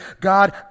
God